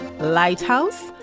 lighthouse